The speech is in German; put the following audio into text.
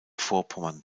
vorpommern